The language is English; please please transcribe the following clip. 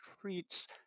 treats